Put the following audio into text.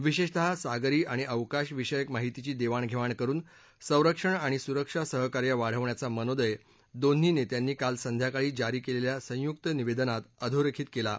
विशेषतः सागरी आणि अवकाशविषयक माहितीची देवाण धेवाण करुन संरक्षण आणि सुरक्षा सहकार्य वाढवण्याचा मनोदय दोन्ही नेत्यांनी काल संध्याकाळी जारी केलेल्या संयुक्त निवेदनात अधोरेखित केला आहे